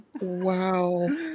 Wow